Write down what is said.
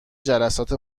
جلسات